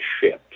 ships